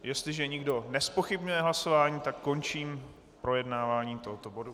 Jestliže nikdo nezpochybňuje hlasování, tak končím projednávání tohoto bodu.